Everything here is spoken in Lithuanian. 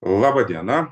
laba diena